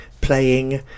playing